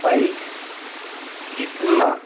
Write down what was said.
bike جتنا